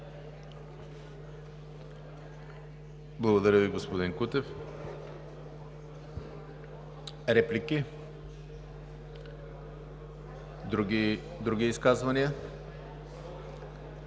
Благодаря Ви, господин Кутев. Реплики? Други изказвания?